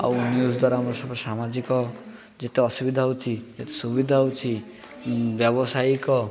ଆଉ ନ୍ୟୁଜ୍ ଦ୍ୱାରା ଆମର ସବୁ ସାମାଜିକ ଯେତେ ଅସୁବିଧା ହେଉଛି ଯେତେ ସୁବିଧା ହେଉଛି ବ୍ୟବସାୟିକ